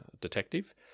detective